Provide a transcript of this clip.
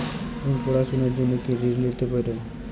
আমি পড়াশুনার জন্য কি ঋন পেতে পারি?